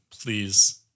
Please